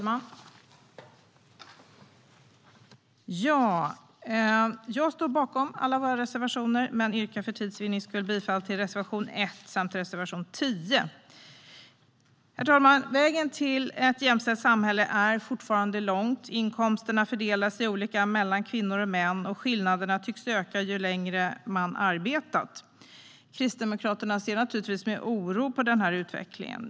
Herr talman! Jag står bakom alla våra reservationer men yrkar för tids vinnande bara bifall till reservation 1 samt reservation 10. Herr talman! Vägen till ett jämställt samhälle är fortfarande lång. Inkomsterna fördelas olika mellan kvinnor och män. Och skillnaderna tycks öka ju längre man har arbetat. Kristdemokraterna ser med oro på denna utveckling.